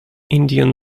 indian